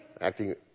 acting